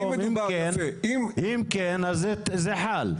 אם כן, זה חל.